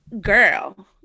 girl